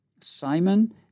Simon